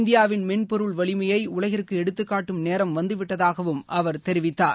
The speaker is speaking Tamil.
இந்தியாவின் மென்பொருள் வலிமையை உலகிற்கு எடுத்துக்காட்டும் நேரம் வந்து விட்டதாகவும் அவர் தெரிவித்தார்